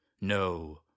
No